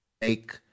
make